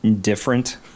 different